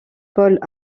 pôle